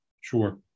Sure